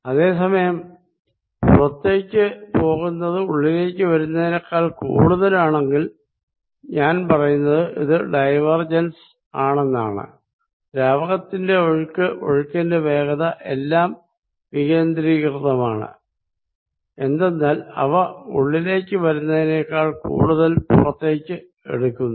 അതെ സമയം പുറത്തേക്ക് പോകുന്നത് ഉള്ളിലേക്ക് വരുന്നതിനേക്കാൾ കൂടുതൽ ആണെങ്കിൽ ഞാൻ പറയുന്നത് ഇത് ഡൈവേർജെൻസ് ആണെന്നാണ് ദ്രാവകത്തിന്റെ ഒഴുക്ക് ഒഴുക്കിന്റെ വേഗത എല്ലാം വികേന്ദ്രീകൃതമാണ് എന്തെന്നാൽ ഇവ ഉള്ളിലേക്ക് വരുന്നതിനേക്കാൾ കൂടുതൽ പുറത്തേക്ക് എടുക്കുന്നു